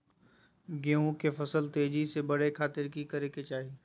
गेहूं के फसल तेजी से बढ़े खातिर की करके चाहि?